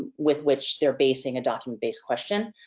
with which they're basing a document based question.